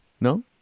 No